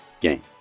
game